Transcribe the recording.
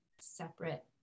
separate